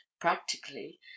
practically